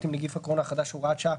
עם נגיף הקורונה החדש (הוראת שעה),